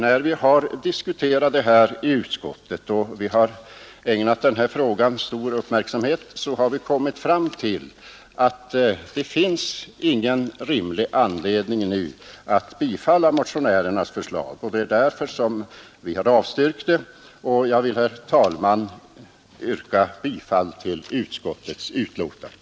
När vi i utskottet diskuterat denna fråga vi har ägnat den stor uppmärksamhet har vi kommit fram till att det nu inte finns någon rimlig anledning att tillstyrka motionen och det är därför vi har avstyrkt den. Jag vill, herr talman, yrka bifall till utskottets hemställan.